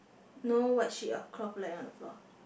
no white sheet of cloth lying on the floor